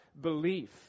belief